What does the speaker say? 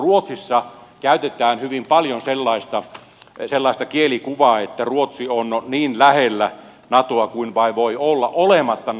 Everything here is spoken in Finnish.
ruotsissa käytetään hyvin paljon sellaista kielikuvaa että ruotsi on niin lähellä natoa kuin vain voi olla olematta naton jäsen